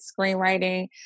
screenwriting